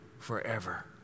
forever